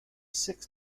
six